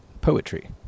Poetry